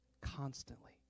Constantly